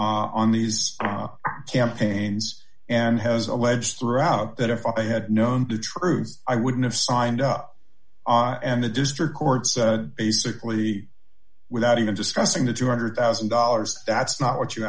on these campaigns and has alleged throughout that if i had known the truth i wouldn't have signed up and the district court said basically without even discussing the two hundred thousand dollars that's not what you